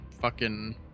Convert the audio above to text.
fucking-